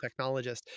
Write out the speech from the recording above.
technologist